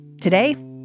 today